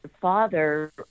father